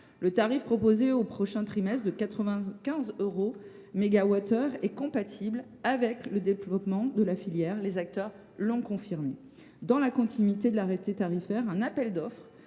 proposé au prochain trimestre est compatible avec le développement de la filière, les acteurs l’ont confirmé. Dans la continuité de l’arrêté tarifaire, un appel d’offres